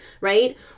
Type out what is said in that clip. right